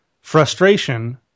frustration